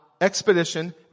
expedition